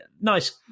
nice